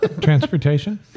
Transportation